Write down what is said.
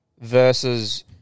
versus